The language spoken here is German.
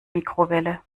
mikrowelle